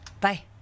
Bye